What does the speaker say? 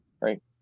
right